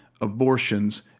abortions